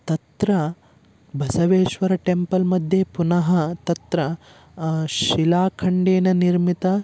तत्र बसवेश्वर टेम्पल्मध्ये पुनः तत्र शिलाखण्डेन निर्मितम्